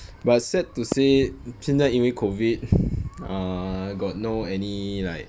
but sad to say 现在因为 COVID err got no any like